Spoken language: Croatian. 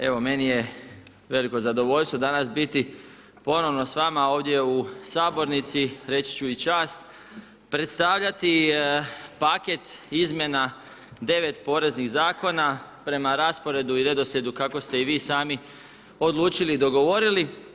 Evo meni je veliko zadovoljstvo danas biti ponovno s vama ovdje u sabornici, reći ću i čast, predstavljati paket izmjena 9 poreznih zakona prema rasporedu i redoslijedu kako ste i vi sami odlučili i dogovorili.